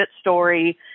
story